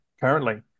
currently